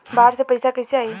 बाहर से पैसा कैसे आई?